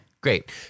Great